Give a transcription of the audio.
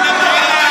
הינה ההוראות,